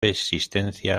existencia